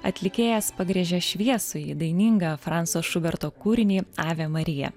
atlikėjas pagriežė šviesųjį dainingą franco šuberto kūrinį ave marija